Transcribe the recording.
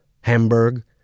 Hamburg